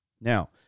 Now